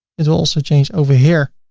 it will also change over here.